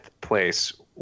place